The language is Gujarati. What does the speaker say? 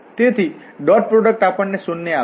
તેથી ડોટ પ્રોડક્ટ આપણને 0 આપશે